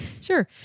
sure